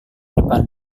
depan